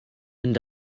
and